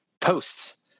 posts